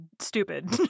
stupid